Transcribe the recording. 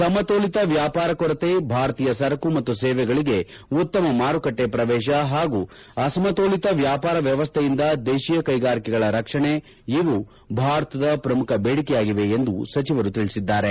ಸಮತೋಲಿತ ವ್ಯಾಪಾರ ಕೊರತೆ ಭಾರತೀಯ ಸರಕು ಮತ್ತು ಸೇವೆಗಳಿಗೆ ಉತ್ತಮ ಮಾರುಕಟ್ಟೆ ಪ್ರವೇಶ ಹಾಗು ಅಸಮತೋಲಿತ ವ್ಯಾಪಾರ ವ್ಯವಸ್ಥೆಯಿಂದ ದೇಶೀಯ ಕ್ಯೆಗಾರಿಕೆಗಳ ರಕ್ಷಣೆ ಇವು ಭಾರತದ ಪ್ರಮುಖ ಬೇಡಿಕೆಯಾಗಿವೆ ಎಂದು ಸಚಿವರು ತಿಳಿಸಿದ್ದಾರೆ